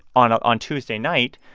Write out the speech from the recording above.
on ah on tuesday night,